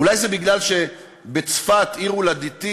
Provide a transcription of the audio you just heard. אולי זה מפני שבצפת, עיר הולדתי,